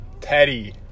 Teddy